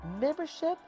membership